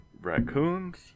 raccoons